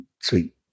sweet